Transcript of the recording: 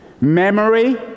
memory